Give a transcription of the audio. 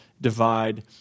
divide